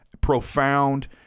profound